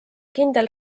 kindel